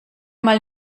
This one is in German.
mal